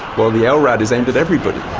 while the ah lrad is aimed at everybody.